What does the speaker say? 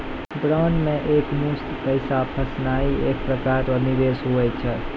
bond मे एकमुस्त पैसा फसैनाइ एक प्रकार रो निवेश हुवै छै